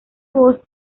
voz